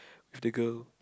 with the girl